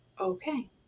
okay